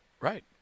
Right